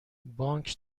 بانک